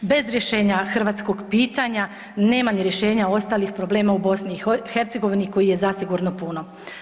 Bez rješenja hrvatskog pitanja nema ni rješenja ostalih problema u BiH kojih je zasigurno puno.